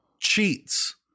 cheats